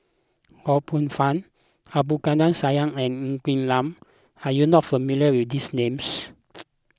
Ho Poh Fun Abdul Kadir Syed and Ng Quee Lam are you not familiar with these names